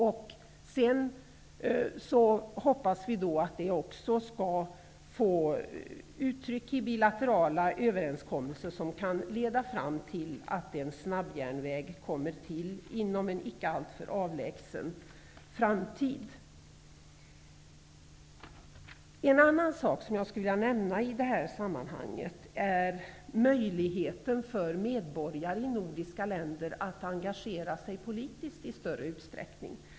Vi hoppas att detta skall ta sig uttryck i bilaterala överenskommelser som kan leda fram till att en snabbjärnväg kommer till stånd inom en icke alltför avlägsen framtid. En annan fråga som jag skulle vilja ta upp i detta sammanhang är möjligheten för medborgare i nordiska länder att i större utsträckning engagera sig politiskt.